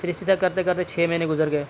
پھر اسی طرح کرتے کرتے چھ مہینے گزر گئے